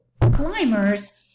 climbers